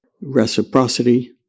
reciprocity